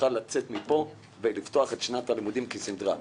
שנוכל לצאת מפה ולפתוח את שנת הלימודים כסדרה.